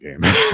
game